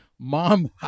Mom